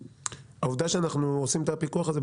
העובדה שאנחנו עושים את הפיקוח הזה,